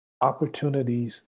opportunities